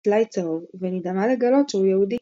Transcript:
טלאי צהוב ונדהמה לגלות שהוא יהודי.